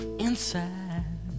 inside